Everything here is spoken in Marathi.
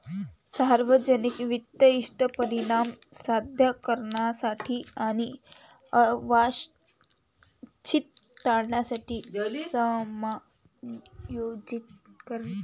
सार्वजनिक वित्त इष्ट परिणाम साध्य करण्यासाठी आणि अवांछित टाळण्यासाठी समायोजित करते